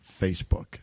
Facebook